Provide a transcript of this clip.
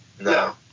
No